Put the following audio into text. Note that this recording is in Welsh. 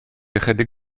ychydig